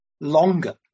longer